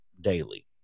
daily